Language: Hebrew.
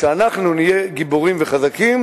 כשאנחנו נהיה גיבורים וחזקים,